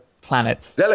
Planets